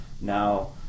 Now